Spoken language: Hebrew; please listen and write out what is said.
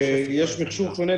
יש מכשור שונה.